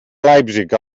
leipzig